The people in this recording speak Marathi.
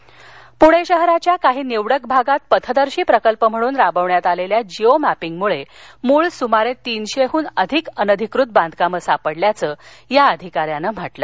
पूणे शहराच्या काही निवडक भागात पथदर्शी प्रकल्प म्हणून राबवण्यात आलेल्या जिओ मॅपिंग मुळ सुमारे तिनशेहून अधिक अनधिकृत बांधकामे सापडल्याचं या अधिकाऱ्यानं सांगितलं